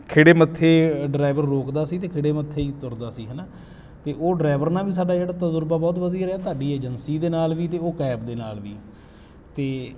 ਖਿੜੇ ਮੱਥੇ ਡਰਾਈਵਰ ਰੋਕਦਾ ਸੀ ਅਤੇ ਖਿੜੇ ਮੱਥੇ ਹੀ ਤੁਰਦਾ ਸੀ ਹੈ ਨਾ ਅਤੇ ਉਹ ਡਰਾਈਵਰ ਨਾਲ ਵੀ ਸਾਡਾ ਜਿਹੜਾ ਤਜ਼ਰਬਾ ਬਹੁਤ ਵਧੀਆ ਰਿਹਾ ਤੁਹਾਡੀ ਏਜੰਸੀ ਦੇ ਨਾਲ ਵੀ ਅਤੇ ਉਹ ਕੈਬ ਦੇ ਨਾਲ ਵੀ ਅਤੇ